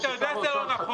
אתה יודע שזה לא נכון.